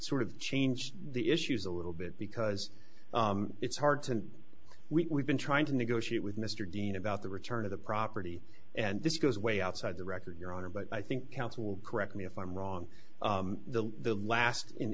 sort of changed the issues a little bit because it's hard to week we've been trying to negotiate with mr dean about the return of the property and this goes way outside the record your honor but i think counsel will correct me if i'm wrong the the last in